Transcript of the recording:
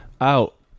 out